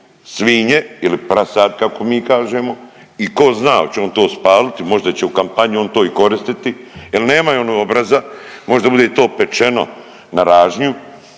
svinje ili prasad kako mi kažemo i ko zna oćel on to spalit možda će u kampanju on to i koristiti jel nemaju oni obraza, možda bude to pečeno na ražnju.